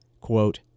quote